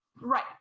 right